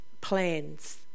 plans